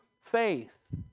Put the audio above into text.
faith